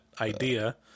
idea